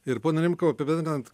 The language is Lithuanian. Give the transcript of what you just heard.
ir pone rimkau apibendrinant